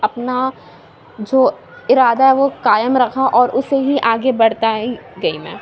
اپنا جو ارادہ ہے وہ قائم رکھا اور اُسے ہی آ گے بڑھتا ہی گئی میں